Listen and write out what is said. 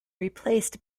replaced